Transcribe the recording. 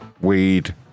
weed